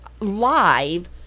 live